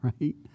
right